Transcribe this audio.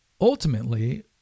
ultimately